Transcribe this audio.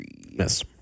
Yes